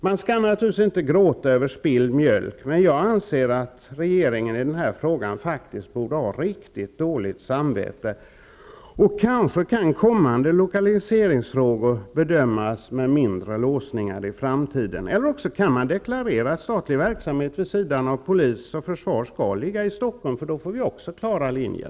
Vi skall naturligtvis inte gråta över spilld mjölk, men jag anser att regeringen i denna fråga faktiskt borde ha riktigt dåligt samvete. Kanske kan kommande lokaliseringsfrågor avgöras med mindre låsningar i framtiden, eller också kan man deklarera att statliga verksamheter vid sidan av polis och försvar skall ligga i Stockholm. Då får vi också klara linjer.